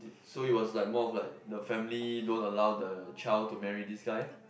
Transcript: so it was like more of like the family don't allow the child to marry this guy